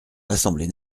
l’assemblée